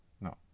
No